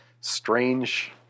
strange